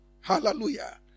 Hallelujah